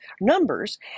numbers